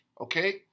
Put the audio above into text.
Okay